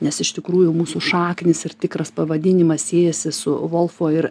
nes iš tikrųjų mūsų šaknys ir tikras pavadinimas siejasi su volfu ir